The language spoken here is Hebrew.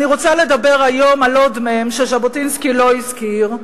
אני רוצה לדבר היום על עוד מ"ם שז'בוטינסקי לא הזכיר,